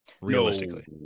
realistically